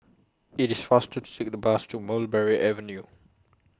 IT IS faster to Take The Bus to Mulberry Avenue